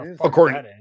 According